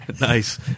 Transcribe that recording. Nice